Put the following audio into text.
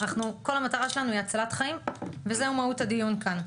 אנחנו כל המטרה שלנו היא הצלת חיים וזהו מהות הדיון כאן.